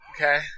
Okay